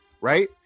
right